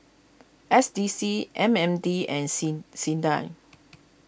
S D C M M D and sing Sinda